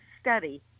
study